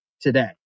today